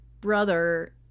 brother